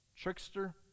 trickster